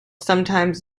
sometimes